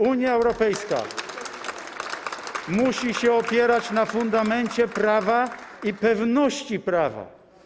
Unia Europejska musi się opierać na fundamencie prawa i pewności prawa.